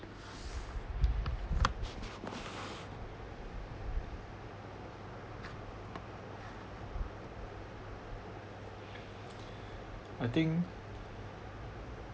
I think